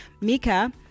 Mika